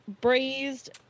braised